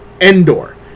Endor